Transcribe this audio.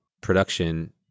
production